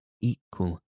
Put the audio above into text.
equal